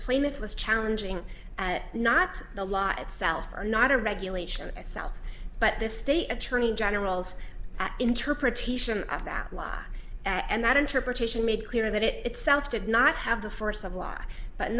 plaintiff was challenging not the law itself or not a regulation itself but this state attorney general's interpretation of that law and that interpretation made clear that it itself did not have the force of law but